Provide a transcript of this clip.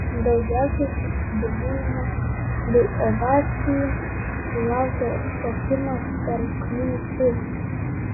daugiausiai susidomėjimo bei ovacijų sulaukė šokimas per kliūtis